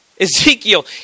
Ezekiel